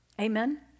Amen